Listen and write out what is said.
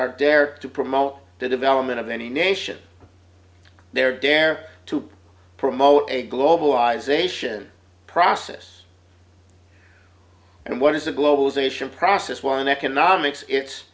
are dare to promote the development of any nation there dare to promote a globalize ation process and what is a globalization process one economics it's